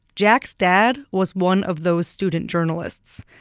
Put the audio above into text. jack's dad was one of those student journalists.